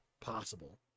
possible